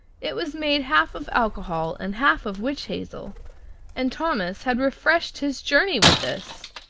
it was made half of alcohol and half of witch hazel and thomas had refreshed his journey with this!